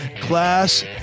class